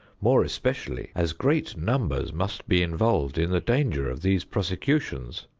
more especially as great numbers must be involved in the danger of these prosecutions,